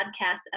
podcast